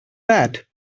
that